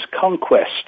conquest